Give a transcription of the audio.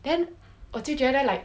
then 我就觉得 like